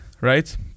right